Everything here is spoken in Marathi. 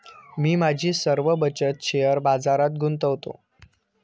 मी माझी सर्व बचत शेअर बाजारात गुंतवतो